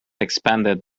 expanded